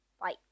Bye